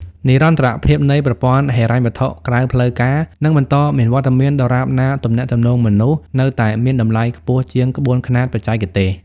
និរន្តរភាពនៃប្រព័ន្ធហិរញ្ញវត្ថុក្រៅផ្លូវការ នឹងបន្តមានវត្តមានដរាបណា "ទំនាក់ទំនងមនុស្ស" នៅតែមានតម្លៃខ្ពស់ជាង "ក្បួនខ្នាតបច្ចេកទេស"។